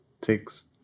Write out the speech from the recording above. takes